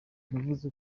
yavuze